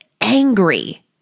angry